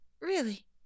Really